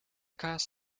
kaas